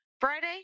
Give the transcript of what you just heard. Friday